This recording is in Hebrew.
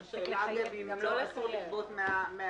אבל השאלה אם הם לא ינסו לגבות מהחייב,